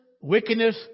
wickedness